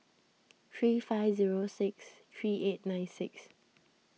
three five zero six three eight nine six